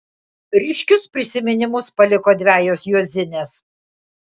ryškius prisiminimus paliko dvejos juozinės